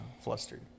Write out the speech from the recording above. flustered